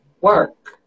work